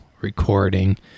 recording